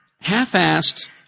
half-assed